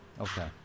okay